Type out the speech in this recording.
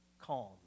calm